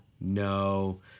no